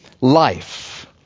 life